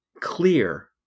clear